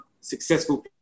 successful